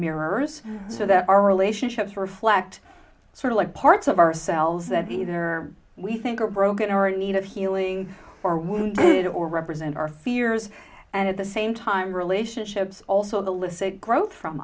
mirrors so that our relationships reflect sort of the parts of ourselves that either are or we think are broken or in need of healing or wounded or represent our fears and at the same time relationships also the licit growth from